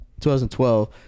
2012